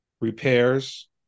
repairs